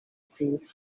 kwisi